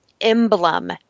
emblem